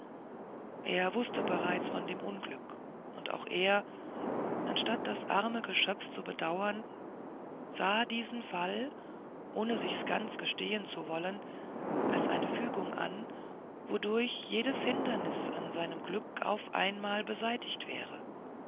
er wußte bereits von dem unglück und auch er anstatt das arme geschöpf zu bedauern sah diesen fall ohne sichs ganz gestehen zu wollen als eine fügung an wodurch jedes hindernis an seinem glück auf einmal beseitigt wäre